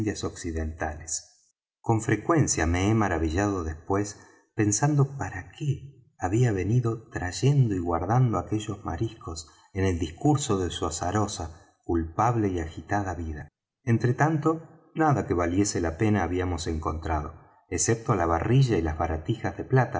occidentales con frecuencia me he maravillado después pensando para qué había venido trayendo y guardando aquellos mariscos en el discurso de su azarosa culpable y agitada vida entre tanto nada que valiese la pena habíamos encontrado excepto la barrilla y las baratijas